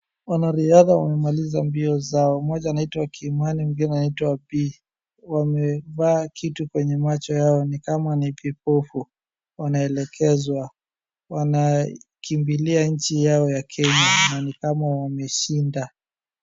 Wanariadha wamemaliza mbio zao. Mmoja anaitwa Kimani, mwingine anaitwa Bii. Wamevaa kitu kwenye macho yao ni kama ni vipofu. Wanaelekezwa. Wanakimbilia nchi yao ya Kenya na ni kama wameshinda.